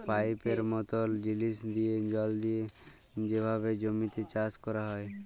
পাইপের মতল জিলিস দিঁয়ে জল দিঁয়ে যেভাবে জমিতে চাষ ক্যরা হ্যয়